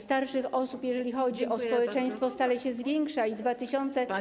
starszych osób, jeżeli chodzi o społeczeństwo, stale się zwiększa i w 2030